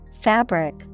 fabric